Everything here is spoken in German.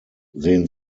sehen